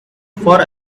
for